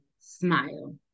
smile